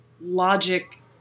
logic